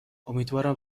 امیدوارم